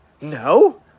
No